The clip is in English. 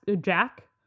Jack